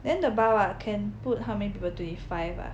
then the bar what can put how many people twenty five ah